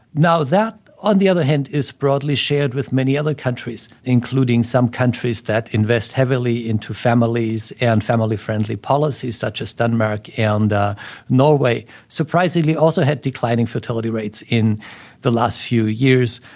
now that, on the other hand, is broadly shared with many other countries, including some countries that invest heavily into families and family-friendly policies, such as denmark and norway. surprisingly also had declining fertility rates in the last few years,